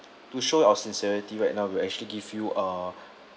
to show our sincerity right now we are actually give you uh